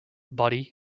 body